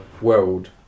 world